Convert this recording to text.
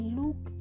look